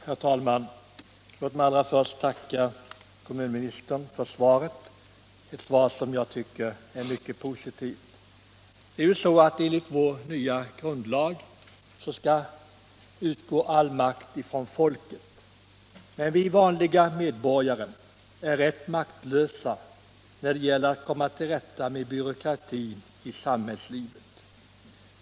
Herr talman! Låt mig allra först tacka kommunministern för svaret, ett svar som jag tycker är mycket positivt. Enligt vår nya grundlag skall all makt utgå från folket. Men vi vanliga medborgare är rätt maktlösa när det gäller att komma till rätta med byråkratin i samhällslivet.